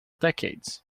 decades